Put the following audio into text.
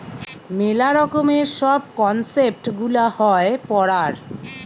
মেলা রকমের সব কনসেপ্ট গুলা হয় পড়ার